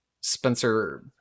spencer